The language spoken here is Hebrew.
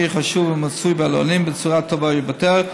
החשוב המצוי בעלונים בצורה טובה יותר,